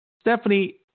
Stephanie